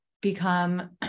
become